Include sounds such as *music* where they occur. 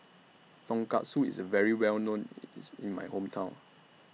Tonkatsu IS very Well known *noise* IS in My Hometown